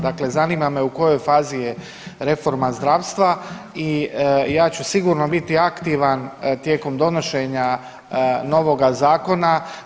Dakle, zanima me u kojoj fazi je reforma zdravstva i ja ću sigurno biti aktivan tijekom donošenja novoga zakona.